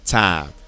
time